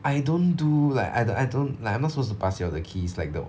I don't do li~ I I don't like I'm not supposed to pass you all the keys like the